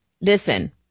listen